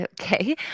Okay